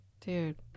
dude